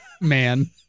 man